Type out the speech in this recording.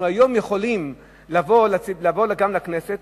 אנחנו היום יכולים לבוא גם לכנסת,